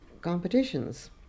competitions